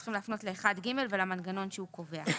אנחנו צריכים להפנות ל-1ג ולמנגנון שהוא קובע.